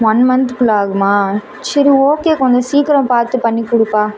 one மந்த்துக்குள்ள ஆகுமா சரி ஓகே கொஞ்சம் சீக்கிரம் பார்த்து பண்ணி கொடுப்பா